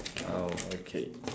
oh okay